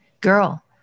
girl